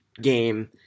game